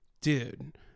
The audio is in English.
dude